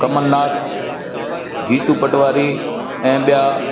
कमलनाथ जीतू पटवारी ऐं ॿियां